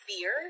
fear